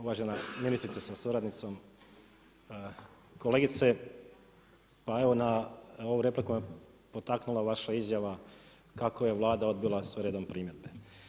Uvažena ministrice sa suradnicom, kolegice, pa evo na ovu repliku me potaknula vaša izjava kako je Vlada odbila sve redom primjedbe.